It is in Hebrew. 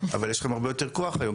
אבל יש לכם הרבה יותר כוח היום,